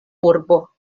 urbo